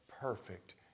perfect